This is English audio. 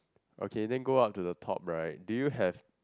okay then go up to the top right do you have